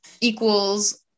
equals